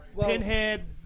pinhead